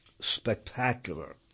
spectacular